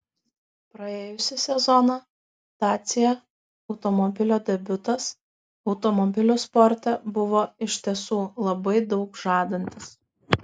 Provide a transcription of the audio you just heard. praėjusį sezoną dacia automobilio debiutas automobilių sporte buvo iš tiesų labai daug žadantis